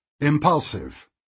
Impulsive